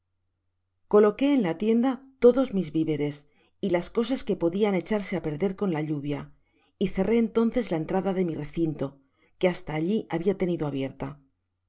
loqué en la tienda todos mis viveres y las cosas que podian echarse á perder con la lluvia y cerré entonces la entrada de mi recinto que hasta alli habia tenido abierta